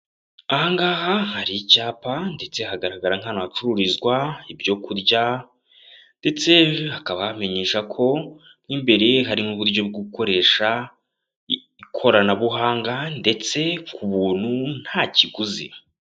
Aha ngaha hari icyapa ndetse hagaragara nk'ahantu hacururizwa ibyokurya ndetse hakaba hamenyesha ko mo imbere harimo uburyo bwo gukoresha ikoranabuhanga ndetse ku buntu nta kiguzi.